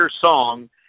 song